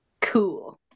Cool